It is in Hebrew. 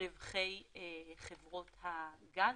מרווחי חברות הגז,